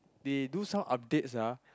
they do some updates ah